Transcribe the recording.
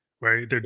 right